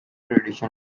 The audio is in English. traditions